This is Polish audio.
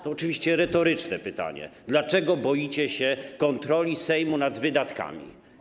To oczywiście retoryczne pytanie: Dlaczego boicie się kontroli Sejmu nad wydatkami?